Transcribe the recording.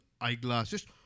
eyeglasses